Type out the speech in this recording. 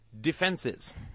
defenses